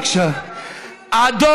בבקשה,